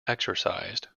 exercised